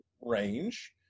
range